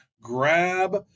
grab